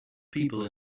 people